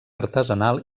artesanal